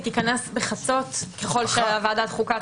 היא תיכנס בחצות ככל שוועדת החוקה תאשר.